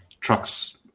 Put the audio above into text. Trucks